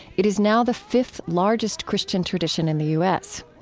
it is now the fifth-largest christian tradition in the u s.